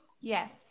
yes